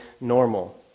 normal